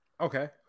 Okay